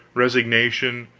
resignation,